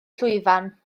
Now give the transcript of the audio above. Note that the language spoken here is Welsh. llwyfan